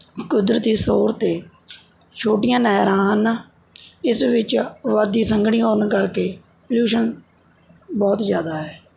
ਕੁਦਰਤੀ ਤੌਰ 'ਤੇ ਛੋਟੀਆਂ ਨਹਿਰਾਂ ਹਨ ਇਸ ਵਿੱਚ ਅਬਾਦੀ ਸੰਘਣੀ ਹੋਣ ਕਰਕੇ ਪੋਲਿਊਸ਼ਨ ਬਹੁਤ ਜ਼ਿਆਦਾ ਹੈ